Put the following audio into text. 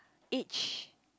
each